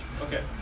Okay